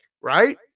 right